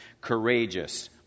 Courageous